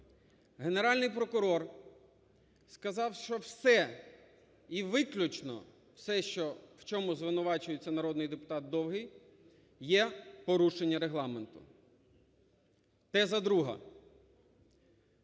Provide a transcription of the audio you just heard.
Генеральний прокурор сказав, що все і виключно все, що, в чому звинувачується народний депутат Довгий, є порушення Регламенту. Теза друга: